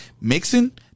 mixing